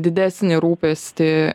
didesnį rūpestį